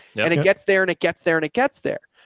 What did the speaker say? yeah and it gets there and it gets there and it gets there.